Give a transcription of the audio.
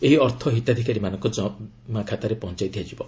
ଏହି ଅର୍ଥ ହିତାଧିକାରୀମାନଙ୍କ ବ୍ୟାଙ୍କ ଜମା ଖାତାରେ ପହଞ୍ଚାଇ ଦିଆଯିବ